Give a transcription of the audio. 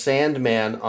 Sandman